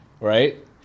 Right